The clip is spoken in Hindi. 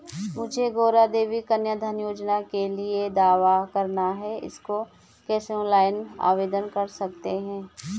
मुझे गौरा देवी कन्या धन योजना के लिए दावा करना है इसको कैसे ऑनलाइन आवेदन कर सकते हैं?